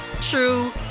true